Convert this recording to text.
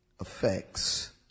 effects